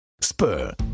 Spur